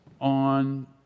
On